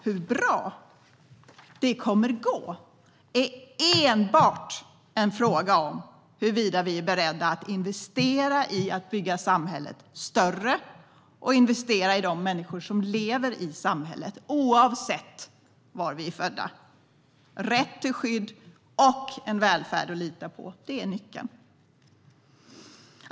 Hur bra det kommer att gå är enbart en fråga om huruvida vi är beredda att investera i att bygga samhället större och investera i de människor som lever i det, oavsett var de är födda. Rätt till skydd och en välfärd att lita på är nyckeln.